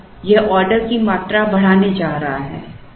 तो यह ऑर्डर की मात्रा बढ़ाने जा रहा है